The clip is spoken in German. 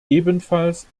ebenfalls